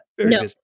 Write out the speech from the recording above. no